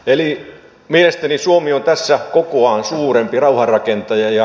eli mielestäni suomi on tässä kokoaan suurempi rauhanrakentaja